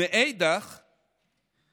מאידך גיסא,